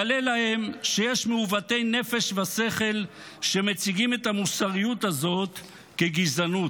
גלה להם שיש מעוותי נפש ושכל שמציגים את המוסריות הזאת כגזענות.